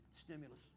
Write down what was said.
stimulus